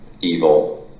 evil